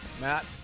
Matt